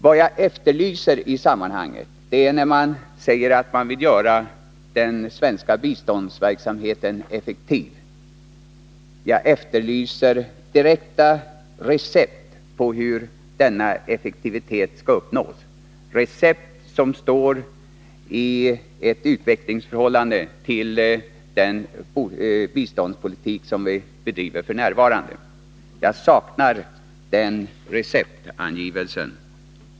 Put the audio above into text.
Moderaterna säger alltså att man vill göra den svenska biståndsverksamheten effektiv. Jag efterlyser i det sammanhanget direkta recept på hur denna effektivitet skall uppnås — recept som står i ett utvecklingsförhållande till den biståndspolitik som vi bedriver f. n. Jag saknar den receptangivelsen.